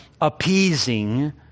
appeasing